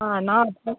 நாலு